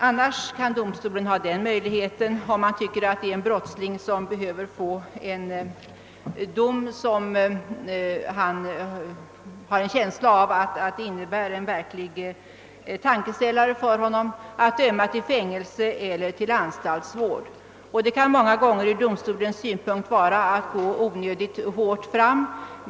Den andra möjligheten är att domstolen, om den anser att brottslingen behöver få en dom som blir en verklig tankeställare för honom, dömer till fängelse eller till anstaltsvård. Det kan många gånger ur domstolens synpunkt vara att gå onödigt hårt fram.